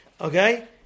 Okay